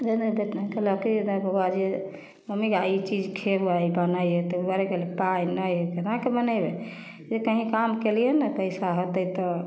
जे नहि बौआ जे मम्मीगे आइ ई चीज खेबै आइ बनैहेँ तऽ बौआ रे पाइ नहि हइ कोनाके बनेबै से कहीँ काम केलिए ने पइसा होतै तऽ